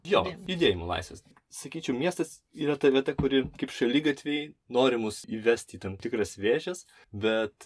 jo judėjimo laisvės sakyčiau miestas yra ta vieta kuri kaip šaligatviai nori mus įvesti į tam tikras vėžes bet